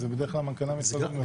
זה בדרך כלל מנכ"לי המשרדים.